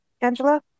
Angela